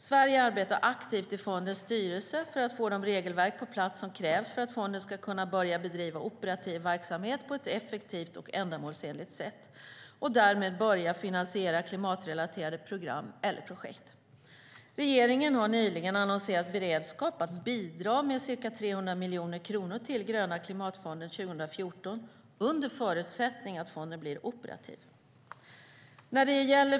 Sverige arbetar aktivt i fondens styrelse för att få de regelverk på plats som krävs för att fonden ska kunna börja bedriva operativ verksamhet på ett effektivt och ändamålsenligt sätt och därmed börja finansiera klimatrelaterade program eller projekt. Regeringen har nyligen annonserat beredskap att bidra med ca 300 miljoner kronor till Gröna klimatfonden 2014, under förutsättning att fonden blir operativ.